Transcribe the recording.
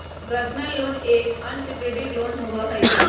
personal loan एक unsecured loan होबा हई